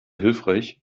hilfreich